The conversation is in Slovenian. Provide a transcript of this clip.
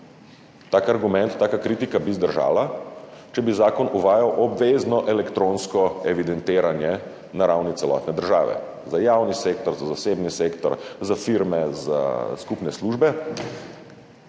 Tak argument, taka kritika bi zdržala, če bi zakon uvajal obvezno elektronsko evidentiranje na ravni celotne države, za javni sektor, za zasebni sektor, za firme, za skupne službe,